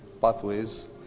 pathways